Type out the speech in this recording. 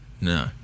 No